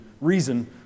reason